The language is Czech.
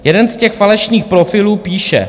Jeden z těch falešných profilů píše: